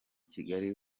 kigali